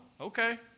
Okay